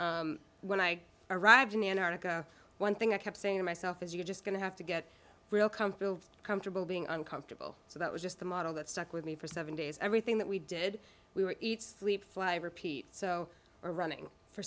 when i arrived in antarctica one thing i kept saying to myself is you're just going to have to get real comfortable comfortable being uncomfortable so that was just the model that stuck with me for seven days everything that we did we would eat sleep fly repeat so are running for